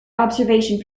observation